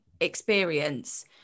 experience